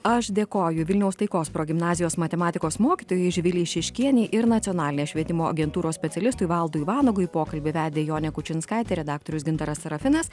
aš dėkoju vilniaus taikos progimnazijos matematikos mokytojai živilei šeškienei ir nacionalinės švietimo agentūros specialistui valdui vanagui pokalbį vedė jonė kučinskaitė redaktorius gintaras sarafinas